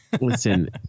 Listen